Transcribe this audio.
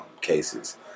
cases